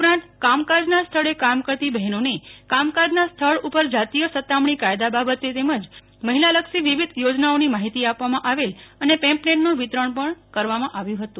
ઉપરાંત કામકાજના સ્થળે કામ કરતી બહેનોને કામકાજના સ્થળ ઉપર જાતીય સતામણી કાયદા બાબતે તેમજ મહિલાલક્ષી વિવિધ યોજનાઓની માહિતી આપવામાં આવેલ અને પેમ્પ્લેટનું વિતરણ કરવામાં આવ્યું હતું